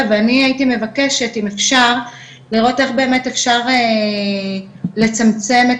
ואני הייתי מבקשת אם אפשר לראות איך באמת אפשר לצמצם את